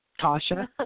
Tasha